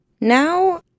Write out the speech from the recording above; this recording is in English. Now